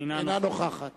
אינה נוכחת